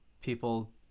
people